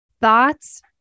thoughts